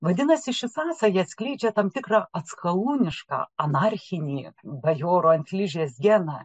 vadinasi ši sąsaja atskleidžia tam tikrą atskalūnišką anarchinį bajoro ant ližės geną